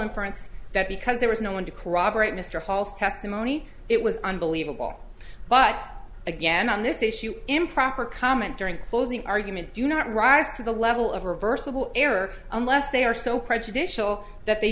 inference that because there was no one to corroborate mr false testimony it was unbelievable but again on this issue improper comment during closing argument do not rise to the level of reversible error unless they are so prejudicial that they